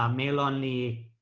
um male-only